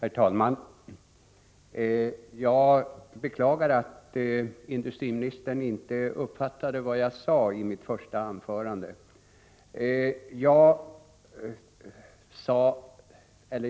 Herr talman! Jag beklagar att industriministern inte uppfattade vad jag sade i mitt första anförande.